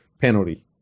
penalty